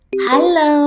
Hello，